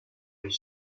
les